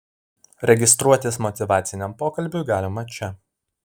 registruotis motyvaciniam pokalbiui galima čia